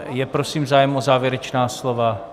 Je, prosím, zájem o závěrečná slova?